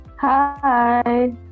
Hi